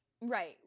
Right